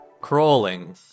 Crawling